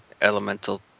elemental